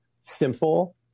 simple